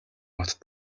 хотод